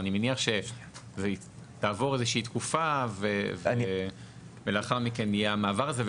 אני מניח שתעבור איזושהי תקופה ולאחר מכן יהיה המעבר הזה?